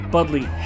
Budley